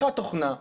פיתחה תוכנה,